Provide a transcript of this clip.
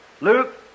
Luke